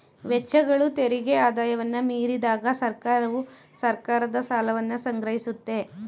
ವೆಚ್ಚಗಳು ತೆರಿಗೆ ಆದಾಯವನ್ನ ಮೀರಿದಾಗ ಸರ್ಕಾರವು ಸರ್ಕಾರದ ಸಾಲವನ್ನ ಸಂಗ್ರಹಿಸುತ್ತೆ